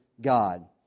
God